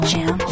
Jam